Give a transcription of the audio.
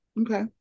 Okay